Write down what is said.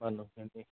মানুহখিনি